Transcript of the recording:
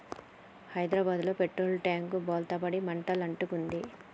హైదరాబాదులో petrol tank బోల్తా పడి మంటలు అంటుకుంది